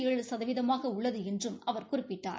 ஏழு சதவீதமாக உள்ளது என்றும் அவர் குறிப்பிட்டார்